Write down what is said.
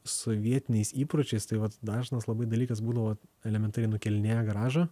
sovietiniais įpročiais tai vat dažnas labai dalykas būdavo elementariai nukelinėja garažą